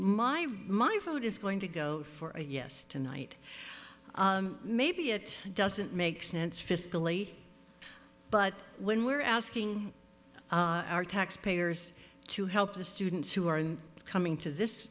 my my vote is going to go for a yes tonight maybe it doesn't make sense fiscally but when we're asking our taxpayers to help the students who are coming to this